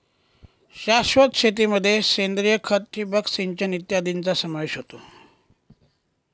शाश्वत शेतीमध्ये सेंद्रिय खत, ठिबक सिंचन इत्यादींचा समावेश होतो